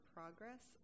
Progress